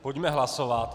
Pojďme hlasovat.